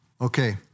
Okay